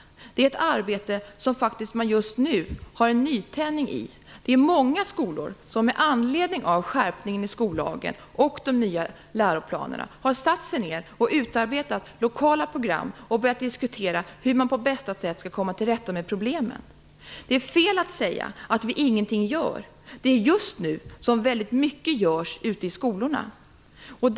Det är ett arbete som man just nu har en nytändning i. Det är många skolor som med anledning av skärpningen i skollagen och de nya läroplanerna har satt sig ned och utarbetat lokala program och börjat diskutera hur man på bästa sätt skall komma till rätta med problemen. Det är fel att säga att vi ingenting gör. Det är väldigt mycket som görs ute i skolorna just nu.